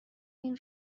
این